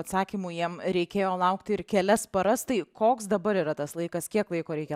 atsakymų jiem reikėjo laukti ir kelias paras tai koks dabar yra tas laikas kiek laiko reikia